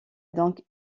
donc